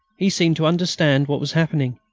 he seemed to understand what was happening,